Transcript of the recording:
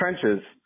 trenches